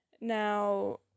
now